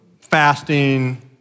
fasting